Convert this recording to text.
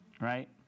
right